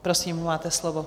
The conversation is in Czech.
Prosím, máte slovo.